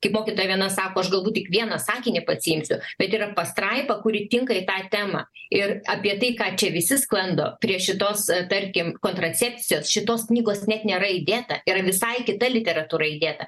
kaip mokytoja viena sako aš galbūt tik vieną sakinį pasiimsiu bet yra pastraipa kuri tinka į tą temą ir apie tai ką čia visi sklando prie šitos tarkim kontracepcijos šitos knygos net nėra įdėta yra visai kita literatūra įdėta